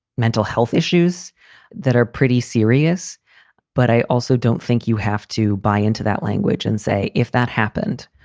mental health issues that are pretty serious but i also don't think you have to buy into that language and say if that happened,